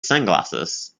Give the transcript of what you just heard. sunglasses